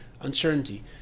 uncertainty